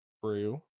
true